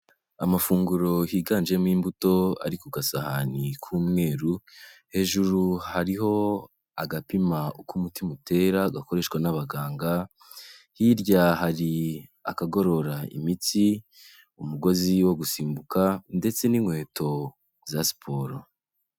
Amafunguro higanjemo imbuto ari ku gasahane k'umweru, hejuru hariho agapima uko umutima utera gakoreshwa n'abaganga.